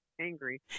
angry